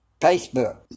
Facebook